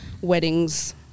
Weddings